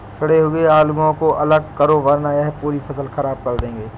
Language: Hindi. सड़े हुए आलुओं को अलग करो वरना यह पूरी फसल खराब कर देंगे